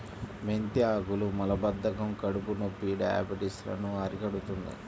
మెంతి ఆకులు మలబద్ధకం, కడుపునొప్పి, డయాబెటిస్ లను అరికడుతుంది